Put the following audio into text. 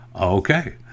okay